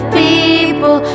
people